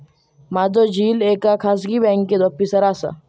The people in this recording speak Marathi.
माझो झिल एका खाजगी बँकेत ऑफिसर असा